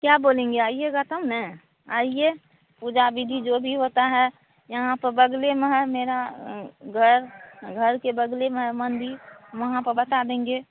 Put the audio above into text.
क्या बोलेंगे आइएगा तब ना आइए पूजा विधि जो भी होता है यहाँ पर बगल में है मेरा घर घर के बगल में है मन्दिर वहाँ पर बता देंगे